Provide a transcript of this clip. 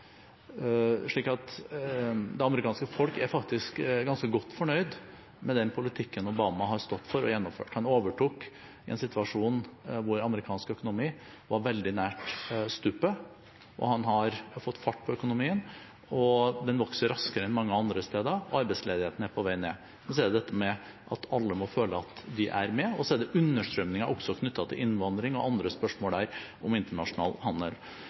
Det amerikanske folk er faktisk ganske godt fornøyd med den politikken Obama har stått for og gjennomført. Han overtok i en situasjon hvor amerikansk økonomi var veldig nær stupet, og han har fått fart på økonomien. Den vokser raskere enn mange andre steder, og arbeidsledigheten er på vei ned. Men så er det dette med at alle må føle at de er med, og så er det understrømninger knyttet til innvandring og andre spørsmål om internasjonal handel.